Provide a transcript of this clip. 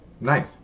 Nice